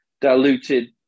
diluted